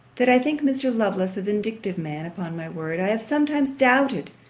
that i think mr. lovelace a vindictive man upon my word, i have sometimes doubted,